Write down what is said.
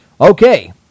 Okay